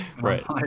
Right